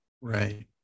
Right